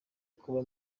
kuba